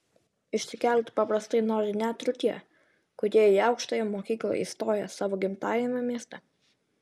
išsikelti paprastai nori net ir tie kurie į aukštąją mokyklą įstoja savo gimtajame mieste